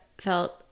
felt